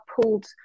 pulled